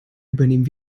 übernehmen